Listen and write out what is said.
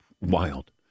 wild